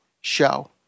show